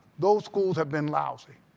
those schools have been lousy.